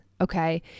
Okay